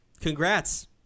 congrats